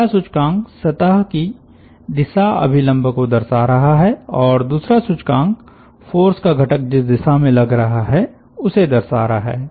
पहला सूचकांक सतह की दिशा अभिलम्ब को दर्शा रहा है और दूसरा सूचकांक फ़ोर्स का घटक जिस दिशा में लग रहा है उसे दर्शा रहा है